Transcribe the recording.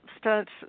stunts